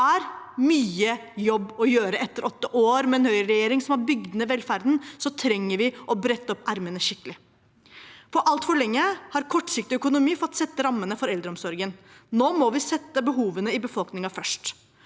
Det er mye jobb å gjøre etter åtte år. Med en høyreregjering som har bygd ned velferden, trenger vi å brette opp ermene skikkelig. Altfor lenge har kortsiktig økonomi fått sette rammene for eldreomsorgen. Nå må vi sette behovene i befolkningen først.